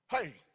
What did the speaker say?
hey